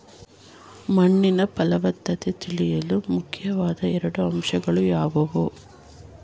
ಮಣ್ಣಿನ ಫಲವತ್ತತೆ ತಿಳಿಯಲು ಮುಖ್ಯವಾದ ಎರಡು ಅಂಶಗಳು ಯಾವುವು?